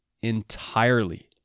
entirely